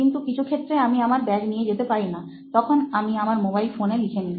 কিন্তু কিছু ক্ষেত্রে আমি আমার ব্যাগ নিয়ে যেতে পারিনা তখন আমি আমার মোবাইল ফোনে লিখে নি